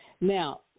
Now